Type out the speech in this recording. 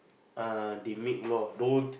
err they make law don't